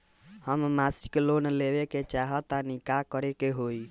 हम मासिक लोन लेवे के चाह तानि का करे के होई?